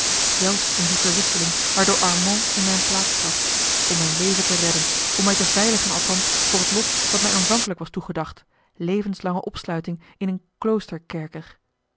zelfs in die verwisseling waardoor armand in mijne plaats trad om mijn leven te redden om mij te veiligen althans voor het lot dat mij aanvankelijk was toegedacht levenslange opsluiting in een